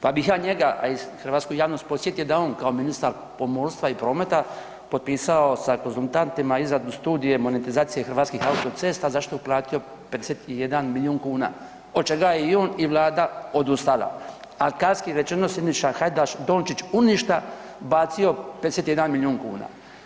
Pa bih ja njega, a i hrvatsku javnost podsjetio da je on kao ministar pomorstva i prometa potpisao sa konzultantima izradu studije monetizacije hrvatskih auto cesta za što je uplatio 51 milijun kuna od čega je i on i vlada odustala, al …/nerazumljivo/… rečeno Siniša Hajdaš Dončić u ništa bacio 51 milion kuna.